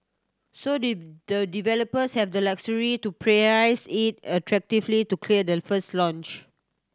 so the the developers have the luxury to it attractively to clear the first launch